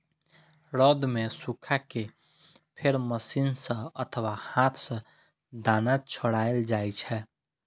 रौद मे सुखा कें फेर मशीन सं अथवा हाथ सं दाना छोड़ायल जाइ छै